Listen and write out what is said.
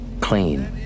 Clean